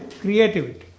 creativity